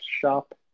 Shop